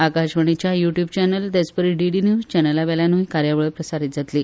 आकाशवाणीच्या YouTube channel तेचपरी DD news चॅनला वयल्यानूय कार्यावळ प्रसारीत जातली